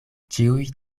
ĉiuj